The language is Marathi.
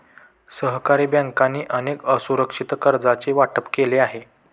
सरकारी बँकांनी अनेक असुरक्षित कर्जांचे वाटप केले आहे